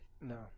No